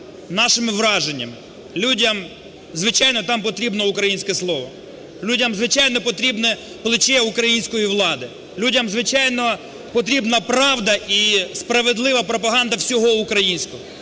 нашими враженнями. Людям, звичайно, там потрібно українське слово. Людям, звичайно, потрібне плече української влади. Людям, звичайно, потрібна правда і справедлива пропаганда всього українського.